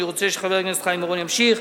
אני רוצה שחבר הכנסת חיים אורון ימשיך.